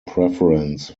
preference